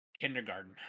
kindergarten